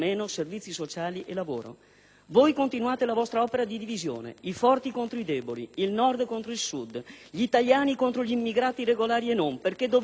Voi continuate la vostra opera di divisione: i forti contro i deboli, il Nord contro il Sud, gli italiani contro gli immigrati regolari e non, perché dovete trovare un nemico, o più di uno,